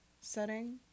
setting